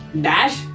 dash